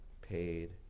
paid